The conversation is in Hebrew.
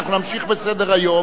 אנחנו נמשיך בסדר-היום.